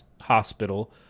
Hospital